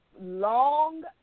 long